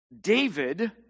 David